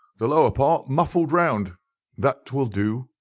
the lower part muffled round that will do,